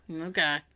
Okay